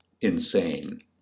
insane